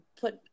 put